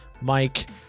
Mike